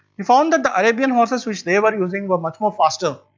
he founded that arabian horses which they were using were much more faster.